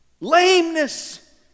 lameness